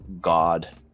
God